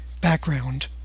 background